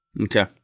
Okay